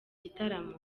gitaramo